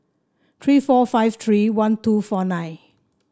three four five three one two four nine